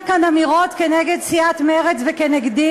הביע כאן אמירות כנגד סיעת מרצ וכנגדי